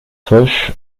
foch